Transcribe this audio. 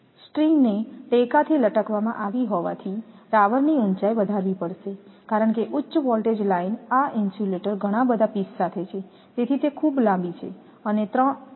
સ્ટ્રિંગને ટેકાથી લટકાવવામાં આવી હોવાથી ટાવરની ઉંચાઇ વધારવી પડશે કારણ કે ઉચ્ચ વોલ્ટેજ લાઇન આ ઇન્સ્યુલેટર ઘણા બધા પીસ સાથે છે તેથી તે ખૂબ લાંબી છે અને 3 ફેઈસ લાઇન માટે પણ છે